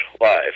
live